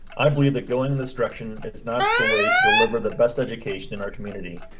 i believe that going in this direction is not the way to deliver the best education in our community,